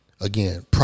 Again